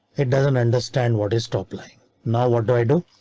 it doesn't understand what is stop lying now. what do i do?